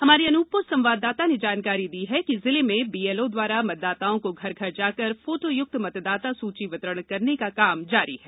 हमारे अनूपपुर संवाददाता ने जानकारी दी है कि जिले में बीएलओ द्वारा मतदाताओं को घर घर जाकर फोटोयुक्त मतदाता सूची वितरण करने का कार्य जारी है